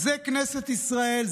אז זאת כנסת ישראל,